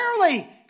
rarely